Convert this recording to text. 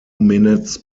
minutes